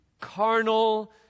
carnal